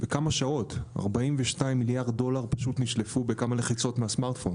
כמה שעות 42 מיליארד דולר פשוט נשלפו בכמה לחיצות מהסמארטפון.